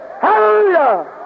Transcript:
Hallelujah